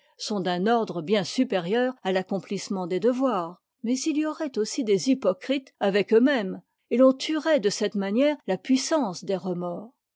sont d'un ordre bien supérieur à l'accomplissement des devoirs mais il y aurait aussi des hypocrites avec eux-mêmes et l'on tuerait de cette manière la puissance des remords